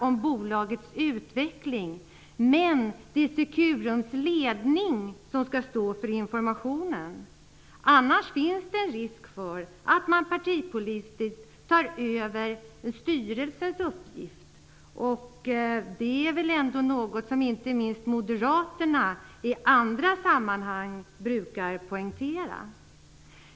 om bolagets utveckling, men det är Securums ledning som skall stå för informationen. Annars finns det en risk för att man partipolitiskt tar över styrelsens uppgift - det är väl något som inte minst Moderaterna i andra sammanhang brukar poängtera.